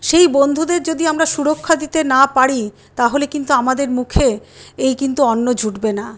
সেই বন্ধুদের যদি আমরা সুরক্ষা দিতে না পারি তাহলে কিন্তু আমাদের মুখে এই কিন্তু অন্ন জুটবে না